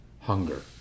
hunger